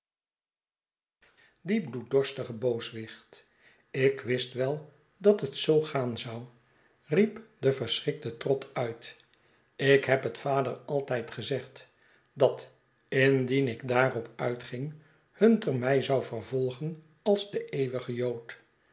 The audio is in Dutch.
die bloeddorstige booswichtl ik wist wel dat het zoo gaan zou riep de verschrikte trott uit ik heb het vader altijd gezegd dat indien ik daarop uitging hunter mij zou vervolgen als de eeuwige jood